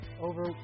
over